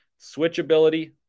switchability